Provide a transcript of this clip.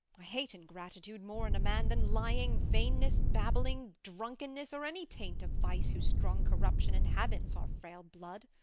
i hate ingratitude more in a man than lying, vainness, babbling, drunkenness, or any taint of vice whose strong corruption inhabits our frail blood.